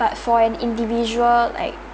but for an individual like